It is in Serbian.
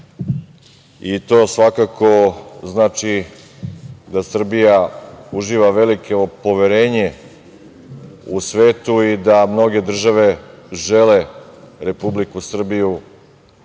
i to svakako znači da Srbija uživa veliko poverenje u svetu i da mnoge države žele Republiku Srbiju